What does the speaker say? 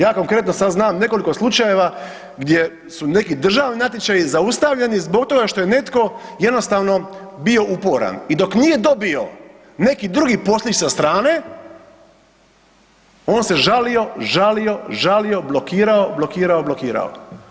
Ja konkretno sad znam nekoliko slučajeva gdje su neki državni natječaji zaustavljeni zbog toga što je netko jednostavno bio uporan i dok nije dobio neki drugi poslić sa strane, on se žalio, žalio, žalio, blokirao, blokirao, blokirao.